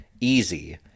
easy